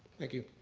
thank you.